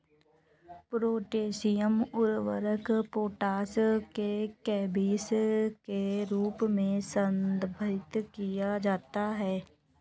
potassium उर्वरक potash को केबीस के रूप में संदर्भित किया जाता है